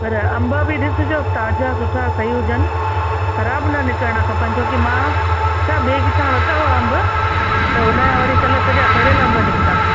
पर अंब बि ॾिसिजो ताज़ा सुठा सही हुजनि ख़राबु न निकिरणा खपनि छो की मां छा ॿिए किथां वरिता हुआ अंब त उन जा वरी कल्ह सॼा सड़ियल अंब निकिता